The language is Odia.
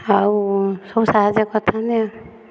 ଆଉ ସବୁ ସାହାଯ୍ୟ କରିଥାଆନ୍ତି ଆଉ